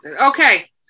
Okay